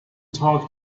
talk